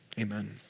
amen